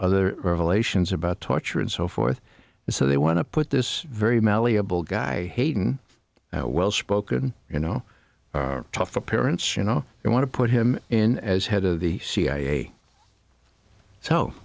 other revelations about torture and so forth and so they want to put this very malleable guy hayden a well spoken you know tough appearance you know they want to put him in as head of the c